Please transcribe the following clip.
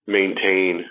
maintain